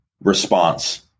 response